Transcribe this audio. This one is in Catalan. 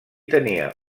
tenia